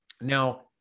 Now